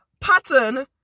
pattern